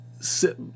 sit